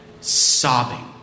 sobbing